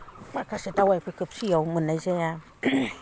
माखासे दावायफोरखौ फ्रियाव मोननाय जाया